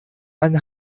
ein